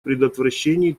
предотвращении